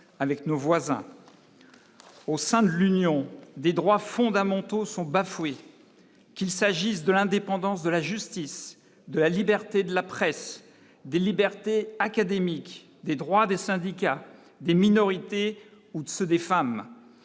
avec nos voisins, au sein de l'Union des droits fondamentaux sont bafoués, qu'il s'agisse de l'indépendance de la justice, de la liberté de la presse des libertés académiques des droits des syndicats des minorités ou de ceux des femmes,